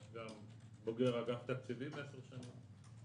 בוגר אגף תקציבים 10 שנים,